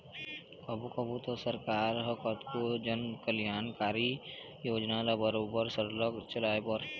कभू कभू तो सरकार ह कतको जनकल्यानकारी योजना ल बरोबर सरलग चलाए बर